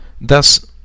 Thus